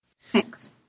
Thanks